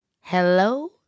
Hello